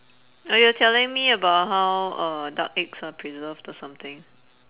oh you were telling me about how uh duck eggs are preserved or something